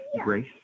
grace